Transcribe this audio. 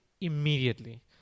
immediately